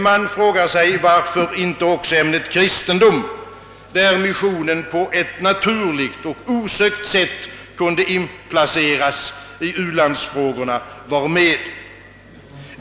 Man frågar sig, varför inte också ämnet kristendom, där missionen på ett naturligt och osökt sätt kunde inplaceras i u-landsfrågorna, var med.